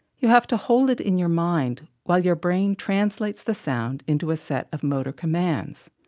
you have to hold it in your mind while your brain translates the sound into a set of motor commands.